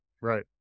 Right